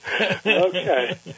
Okay